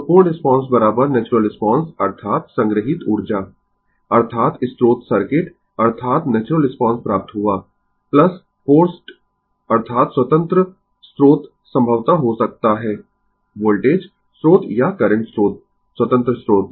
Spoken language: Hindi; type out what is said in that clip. तो पूर्ण रिस्पांस नेचुरल रिस्पांस अर्थात संग्रहीत ऊर्जा अर्थात स्रोत सर्किट अर्थात नेचुरल रिस्पांस प्राप्त हुआ फोर्स्ड अर्थात स्वतंत्र स्रोत संभवतः हो सकता है वोल्टेज स्रोत या करंट स्रोत स्वतंत्र स्रोत